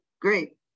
great